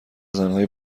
زنهای